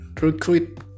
recruit